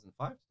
2005